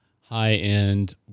high-end